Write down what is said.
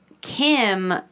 Kim